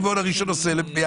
להיות 500